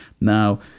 Now